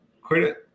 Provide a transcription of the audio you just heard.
credit